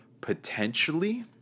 potentially